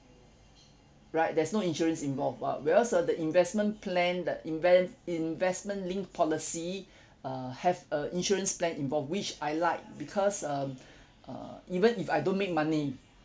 right there's no insurance involved but whereas uh the investment plan the inve~ investment linked policy uh have a insurance plan involve which I like because um uh even if I don't make money